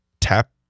tap